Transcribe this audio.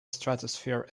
stratosphere